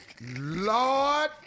Lord